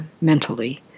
mentally